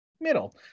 middle